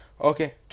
Okay